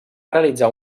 realitzar